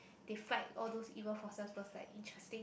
they fight all those evil forces was like interesting